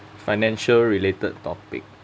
financial related topic